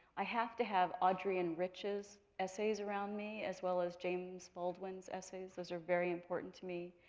i have to have adrienne riche's essays around me as well as james baldwin's essays. those are very important to me.